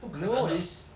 不可能的